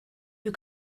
you